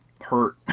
hurt